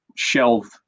Shelve